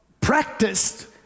practiced